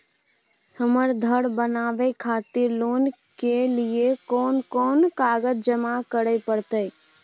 हमरा धर बनावे खातिर लोन के लिए कोन कौन कागज जमा करे परतै?